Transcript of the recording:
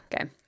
Okay